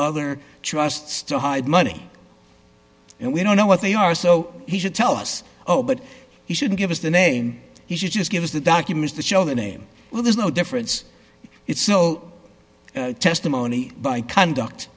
other trusts to hide money and we don't know what they are so he should tell us oh but he shouldn't give us the name he should just give us the documents that show the name well there's no difference it's no testimony by conduct